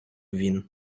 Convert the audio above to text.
він